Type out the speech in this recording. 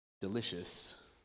delicious